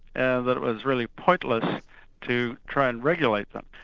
and that it was really pointless to try and regulate them.